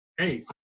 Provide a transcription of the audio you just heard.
Hey